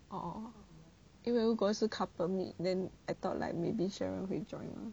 orh 因为如果是 couple meet maybe cheryl 会 join mah